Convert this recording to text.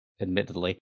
admittedly